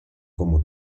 como